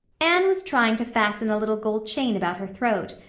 anne was trying to fasten a little gold chain about her throat.